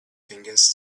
fingers